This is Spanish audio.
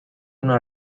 una